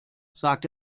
sagt